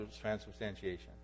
transubstantiation